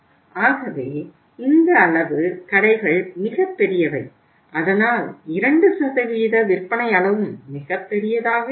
ஆகவே இந்த அளவுக் கடைகள் மிகப் பெரியவை அதனால் 2 விற்பனை அளவும் மிகப் பெரியதாக இருக்கும்